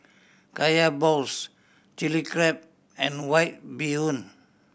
Kaya balls Chilli Crab and White Bee Hoon